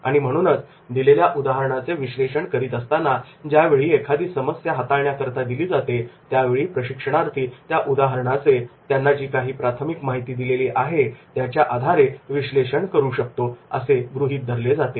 आणि म्हणूनच दिलेल्या उदाहरणाचे विश्लेषण करीत असताना ज्यावेळी एखादी समस्या हाताळण्याकरता दिली जाते त्यावेळी प्रशिक्षणार्थी त्या उदाहरणाचे त्यांना जी काही प्राथमिक माहिती दिलेली आहे त्याच्या आधारे विश्लेषण करू शकतो असे गृहीत धरले जाते